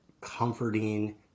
comforting